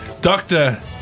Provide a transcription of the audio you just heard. doctor